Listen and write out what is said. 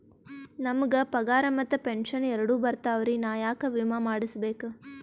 ನಮ್ ಗ ಪಗಾರ ಮತ್ತ ಪೆಂಶನ್ ಎರಡೂ ಬರ್ತಾವರಿ, ನಾ ಯಾಕ ವಿಮಾ ಮಾಡಸ್ಬೇಕ?